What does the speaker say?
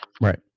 Right